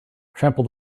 trample